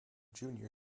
junior